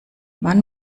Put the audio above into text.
wann